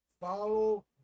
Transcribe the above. follow